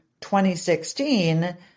2016